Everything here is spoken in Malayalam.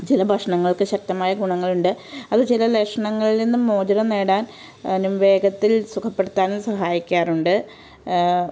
ചില ഭക്ഷണങ്ങൾക്ക് ശക്തമായ ഗുണങ്ങളുണ്ട് അത് ചില ലക്ഷണങ്ങളിൽ നിന്ന് മോചനം നേടാനും വേഗത്തിൽ സുഖപ്പെടുത്താനും സഹായിക്കാറുണ്ട്